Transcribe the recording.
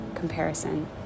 comparison